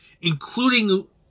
including